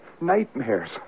Nightmares